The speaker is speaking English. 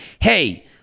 hey